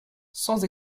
sans